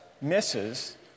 misses